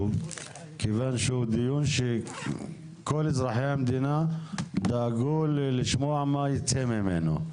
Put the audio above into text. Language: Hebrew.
מכיוון שכל אזרחי המדינה דאגו לשמוע מה יצא ממנו.